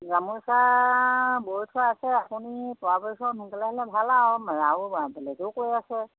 গামোচা বৈ থোৱা আছে আপুনি পৰাপক্ষত সোনকালে আহিলে ভাল আৰু আৰু বেলেগেও কৈ আছে